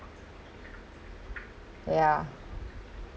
yeah